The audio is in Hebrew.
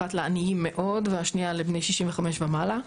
אחת לעניים מאוד והשנייה לבני 65 ומעלה,